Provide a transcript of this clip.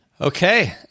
Okay